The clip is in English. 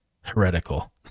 heretical